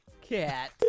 Cat